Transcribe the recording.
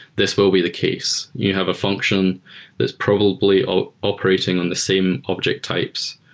this will be the case. you have a function that's probably ah operating on the same object types.